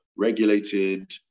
regulated